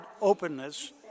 openness